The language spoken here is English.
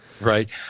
Right